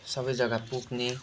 सबै जग्गा पुग्ने